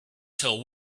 till